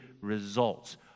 results